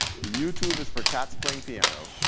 youtube is for cats playing piano.